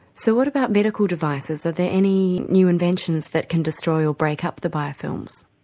so what about medical devices? are there any new inventions that can destroy or break up the biofilms?